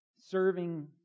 Serving